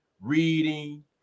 reading